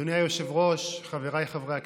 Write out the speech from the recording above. אדוני היושב-ראש, חבריי חברי הכנסת,